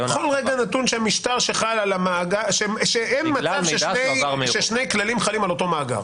בכל רגע נתון שאין מצב ששני כללים חלים על אותו מאגר?